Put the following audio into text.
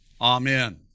Amen